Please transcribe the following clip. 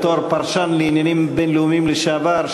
בתור פרשן לעניינים בין-לאומיים לשעבר,